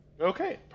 Okay